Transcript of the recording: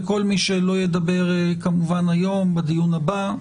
וכל מי שלא ידבר כמובן היום, בדיון הבא.